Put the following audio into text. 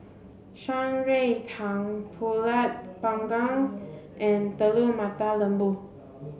Shan Rui Tang Pulut panggang and Telur Mata Lembu